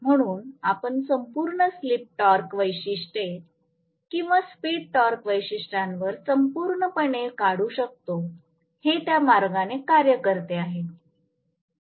म्हणून आपण संपूर्ण स्लिप टॉर्क वैशिष्ट्ये किंवा स्पीड टॉर्क वैशिष्ट्यांवर संपूर्ण पणे काढू शकतो हे त्या मार्गाने कार्य करते आहे